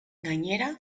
gainera